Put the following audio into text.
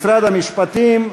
משרד המשפטים.